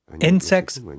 Insects